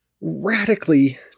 radically